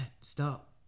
stop